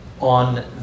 on